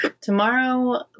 Tomorrow